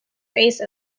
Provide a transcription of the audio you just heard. face